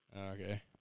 Okay